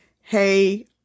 hey